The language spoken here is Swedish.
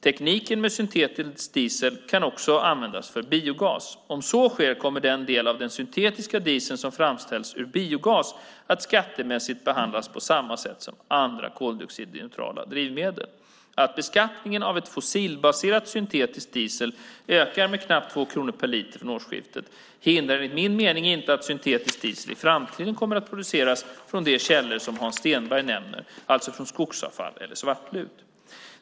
Tekniken med syntetisk diesel kan också användas för biogas. Om så sker kommer den del av den syntetiska dieseln som framställts ur biogas att skattemässigt behandlas på samma sätt som andra koldioxidneutrala drivmedel. Att beskattningen av fossilbaserad syntetisk diesel ökar med knappt 2 kronor per liter från årsskiftet hindrar enligt min mening inte att syntetisk diesel i framtiden kommer att produceras från de källor som Hans Stenberg nämner, alltså från skogsavfall eller svartlut.